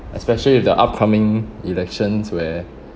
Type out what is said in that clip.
especially with the upcoming elections where